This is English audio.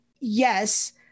yes